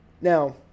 now